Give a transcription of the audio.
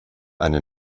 eine